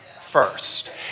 first